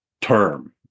term